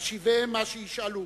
השיבם מה שישאלו,